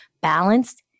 balanced